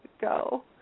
go